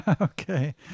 Okay